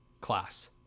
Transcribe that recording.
class